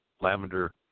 lavender